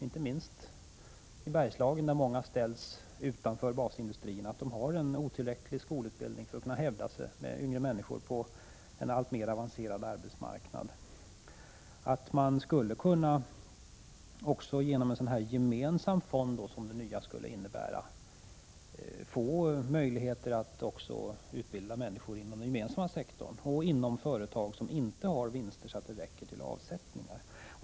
Inte minst i Bergslagen är det många som ställs utanför basindustrierna och som har en skolutbildning som inte är tillräcklig för att de skulle kunna hävda sig i konkurrensen med yngre människor på en alltmer avancerad arbetsmarknad. Genom en sådan gemensam fond som det nya förslaget innebär skulle man få möjligheter att också utbilda människor inom den gemensamma sektorn och inom företag som inte har vinster som räcker till avsättningar.